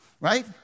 right